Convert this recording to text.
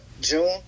June